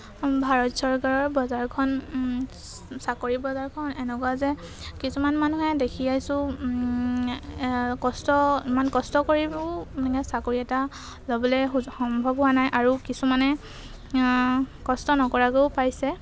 ভাৰত চৰকাৰৰ বজাৰখন চাকৰি বজাৰখন এনেকুৱা যে কিছুমান মানুহে দেখিছোঁ কষ্ট ইমান কষ্ট কৰিও মানে চাকৰি এটা ল'বলৈ সম্ভৱ হোৱা নাই আৰু কিছুমানে কষ্ট নকৰাকেও পাইছে